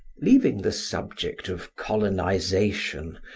leaving the subject of colonization,